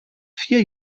vier